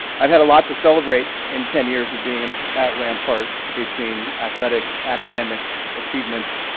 i've had a lot to celebrate in ten years of being at rampart, between athletics, academics, achievements,